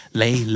lay